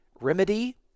remedy